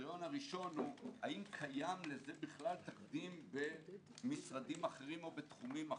הראשון הוא: האם קיים לזה בכלל תקדים במשרדים אחרים או בתחומים אחרים?